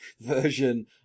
version